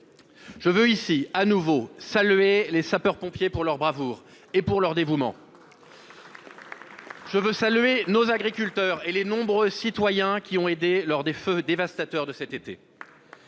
Je veux ici de nouveau saluer les sapeurs-pompiers pour leur bravoure et pour leur dévouement. Je veux saluer nos agriculteurs et les nombreux citoyens qui ont aidé lors des feux dévastateurs de cet été.